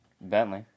Bentley